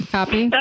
Copy